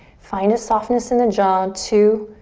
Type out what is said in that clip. find a softness in the jaw, two.